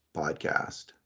podcast